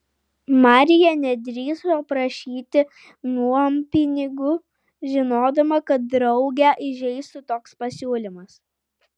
marija nedrįso prašyti nuompinigių žinodama kad draugę įžeistų toks pasiūlymas